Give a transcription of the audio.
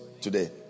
today